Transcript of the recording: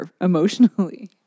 emotionally